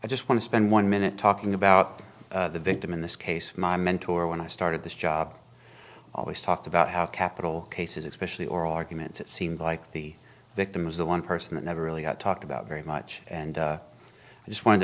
i just want to spend one minute talking about the victim in this case my mentor when i started this job always talked about how capital cases especially oral arguments it seemed like the victim was the one person that never really got talked about very much and i just wanted to